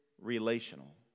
relational